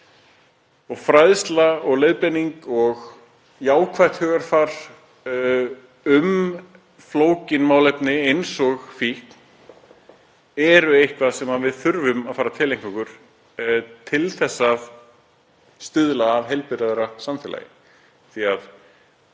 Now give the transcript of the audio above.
og fræðsla og leiðbeiningar og jákvætt hugarfar um flókin málefni eins og fíkn er eitthvað sem við þurfum að fara að tileinka okkur til að stuðla að heilbrigðara samfélagi.